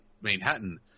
Manhattan